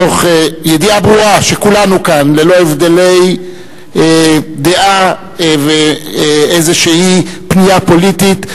תוך ידיעה ברורה שכולנו כאן ללא הבדלי דעה ואיזו פנייה פוליטית,